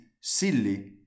silly